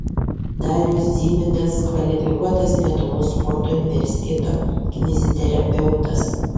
darius dzimidas kvalifikuotas lietuvos sporto universiteto kineziterapeutas